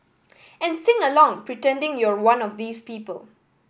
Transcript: and sing along pretending you're one of these people